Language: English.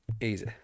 Easy